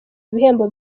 ibihembo